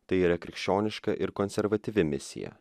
tai yra krikščioniška ir konservatyvi misija